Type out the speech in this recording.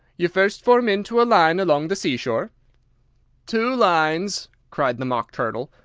you first form into a line along the sea-shore two lines! cried the mock turtle.